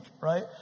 right